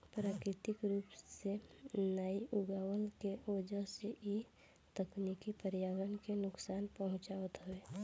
प्राकृतिक रूप से नाइ उगवला के वजह से इ तकनीकी पर्यावरण के नुकसान पहुँचावत हवे